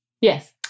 Yes